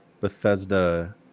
Bethesda